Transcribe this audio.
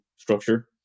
structure